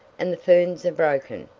and the ferns are broken.